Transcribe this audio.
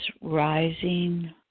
rising